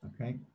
Okay